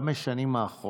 בחמש השנים האחרונות,